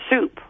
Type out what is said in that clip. soup